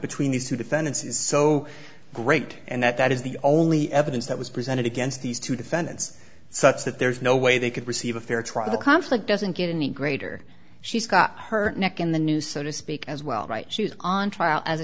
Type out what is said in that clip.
between these two defendants is so great and that is the only evidence that was presented against these two defendants such that there's no way they could receive a fair trial the conflict doesn't get any greater she's got her neck in the news so to speak as well right shoes on trial as a